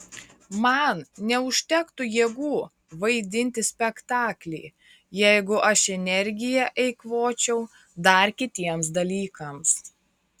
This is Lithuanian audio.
man neužtektų jėgų vaidinti spektaklį jeigu aš energiją eikvočiau dar kitiems dalykams